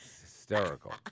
Hysterical